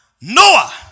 Noah